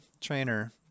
Trainer